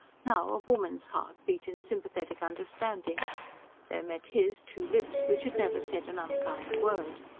now, a woman's heart beat in sympathetic understanding there met his, two lips which had never said an unkind word.